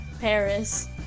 Paris